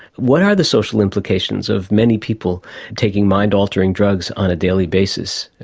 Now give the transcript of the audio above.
what are the social implications of many people taking mind altering drugs on a daily basis?